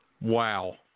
Wow